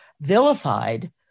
vilified